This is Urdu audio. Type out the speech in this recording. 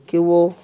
کہ وہ